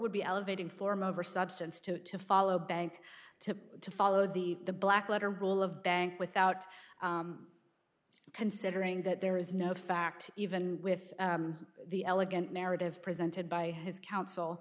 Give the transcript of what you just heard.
would be elevating form over substance to it to follow bank to to follow the the black letter rule of bank without considering that there is no fact even with the elegant narrative presented by his counsel